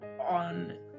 On